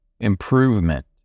improvement